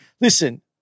Listen